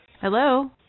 Hello